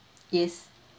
yes